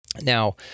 Now